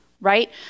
Right